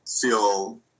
feel